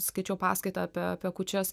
skaičiau paskaitą apie apie kūčias